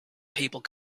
people